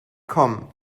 kommen